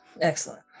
excellent